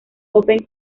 open